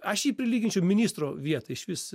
aš jį prilyginčiau ministro vietai išvis